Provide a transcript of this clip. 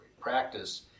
practice